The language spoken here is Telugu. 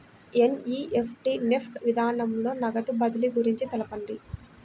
ఎన్.ఈ.ఎఫ్.టీ నెఫ్ట్ విధానంలో నగదు బదిలీ గురించి తెలుపండి?